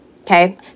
okay